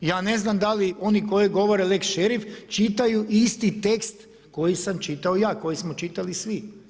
I ja ne znam da li oni koji govore lex šerif čitaju isti tekst koji sam čitao ja, koji smo čitali svi.